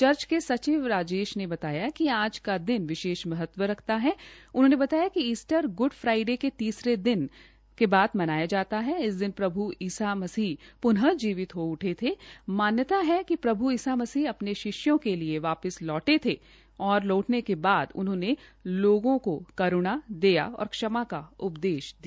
church के सचिव राजेश ने बताया कि आज का दिन विशेष महत्व रखता है उन्होंने बताया कि ईस्टर को गुड फ्राइडे के तीसरे दिन बाद मनाया जाता है इस दिन प्रभ् ईसा मसीह प्नः जीवित हो उठे थे मान्यता है कि प्रभ् ईसा मसीह अपने शिष्यों के लिए वापिस लौटे थे प्न लौटने के बाद उन्होंने लोगों करुणा दया और क्षमा का उपदेश दिया